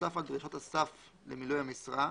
נוסף על דרישות הסף למילוי המשרה,